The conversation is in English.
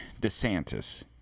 DeSantis